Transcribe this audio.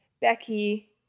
Becky